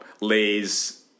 Lay's